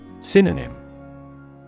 Synonym